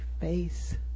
face